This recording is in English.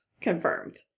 Confirmed